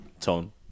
tone